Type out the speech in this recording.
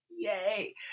Yay